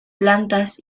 plantas